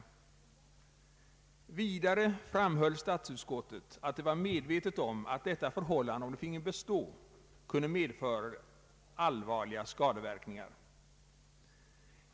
Vidare framhöll statsutskottet att det var medvetet om att detta förhållande, om det finge bestå, kunde medföra allvarliga skadeverkningar.